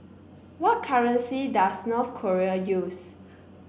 what currency does North Korea use